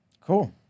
Cool